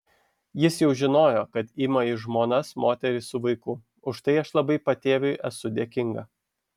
jis jau žinojo kad ima į žmonas moterį su vaiku už tai aš labai patėviui esu dėkinga